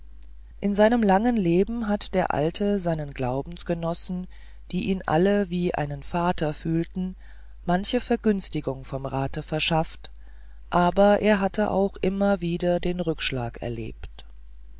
in seinem langen leben hat der alte seinen glaubensgenossen die ihn alle wie einen vater fühlten manche vergünstigung vom rate verschafft aber er hatte auch immer wieder den rückschlag erlebt